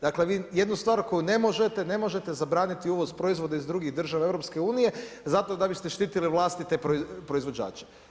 Dakle vi jednu stvar koju ne možete, ne možete zabraniti uvoz proizvoda iz drugih država EU-a zato da bi ste štitili vlastite proizvođače.